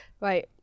Right